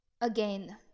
again